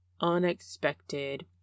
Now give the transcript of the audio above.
unexpected